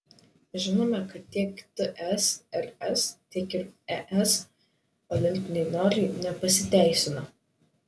žinome kad tiek tsrs tiek ir es olimpiniai norai nepasiteisino